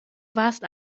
warst